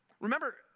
Remember